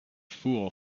fool